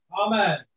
Amen